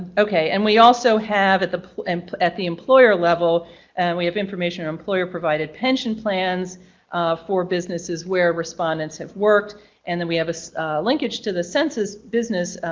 okay and we also have at the at the employer level and we have information or employer provided pension plans for businesses where respondents have worked and then we have a linkage to the census business.